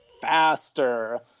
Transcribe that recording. faster